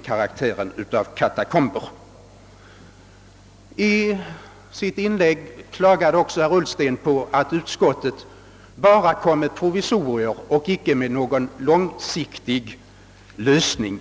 karaktär av katakomber. I sitt inlägg klagade också herr Ullsten över att utskottet bara föreslagit provisorier och icke framlagt någon långsiktig lösning.